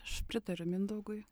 aš pritariu mindaugui